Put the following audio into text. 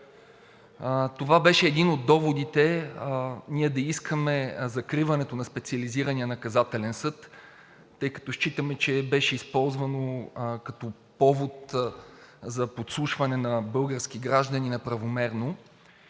Това беше един от доводите ние да искаме закриването на Специализирания наказателен съд, тъй като считаме, че беше използвано като повод за подслушване на български граждани неправомерно